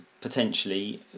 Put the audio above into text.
potentially